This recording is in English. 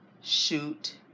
shoot